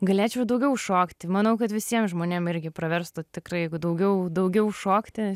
galėčiau ir daugiau šokti manau kad visiem žmonėm irgi praverstų tikrai jeigu daugiau daugiau šokti